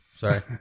Sorry